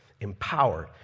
Empowered